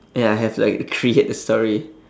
ya I have to like create the story